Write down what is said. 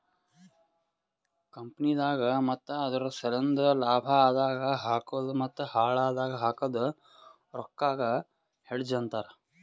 ಕಂಪನಿದಾಗ್ ಮತ್ತ ಅದುರ್ ಸಲೆಂದ್ ಲಾಭ ಆದಾಗ್ ಹಾಕದ್ ಮತ್ತ ಹಾಳ್ ಆದಾಗ್ ಹಾಕದ್ ರೊಕ್ಕಾಗ ಹೆಡ್ಜ್ ಅಂತರ್